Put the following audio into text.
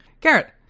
Garrett